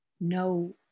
no